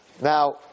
Now